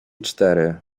cztery